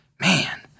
Man